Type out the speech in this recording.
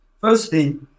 Firstly